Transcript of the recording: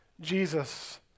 Jesus